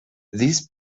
these